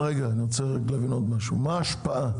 אני רק רוצה להבין עוד משהו: מה ההשפעה